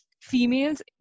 females